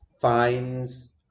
finds